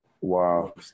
Wow